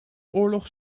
oorlog